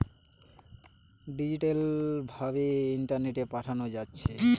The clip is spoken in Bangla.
ডিজিটাল ভাবে ইন্টারনেটে পাঠানা যাচ্ছে